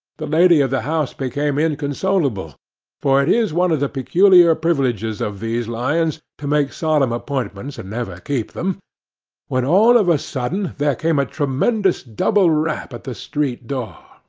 the lady of the house became inconsolable for it is one of the peculiar privileges of these lions to make solemn appointments and never keep them when all of a sudden there came a tremendous double rap at the street-door,